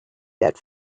that